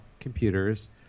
computers